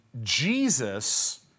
Jesus